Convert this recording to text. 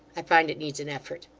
i find it needs an effort